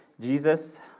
Jesus